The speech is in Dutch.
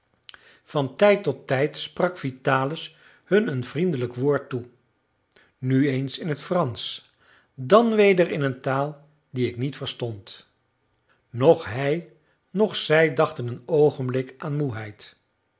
van tijd tot tijd sprak vitalis hun een vriendelijk woord toe nu eens in het fransch dan weder in een taal die ik niet verstond noch hij noch zij dachten een oogenblik aan moeheid